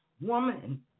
Woman